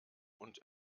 und